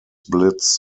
blitz